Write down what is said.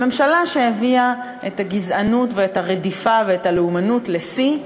הממשלה שהביאה את הגזענות ואת הרדיפה ואת הלאומנות לשיא,